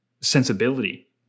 sensibility